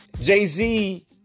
Jay-Z